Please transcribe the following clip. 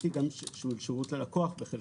שהוא שירות ללקוח בחלקו.